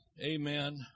amen